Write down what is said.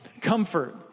comfort